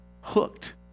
hooked